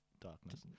darkness